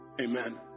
Amen